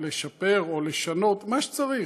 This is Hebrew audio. לשפר או לשנות, מה שצריך.